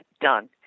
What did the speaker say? done